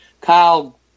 Kyle